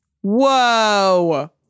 Whoa